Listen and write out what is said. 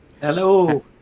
Hello